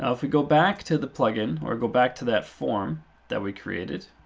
ah if we go back to the plugin or go back to that form that we created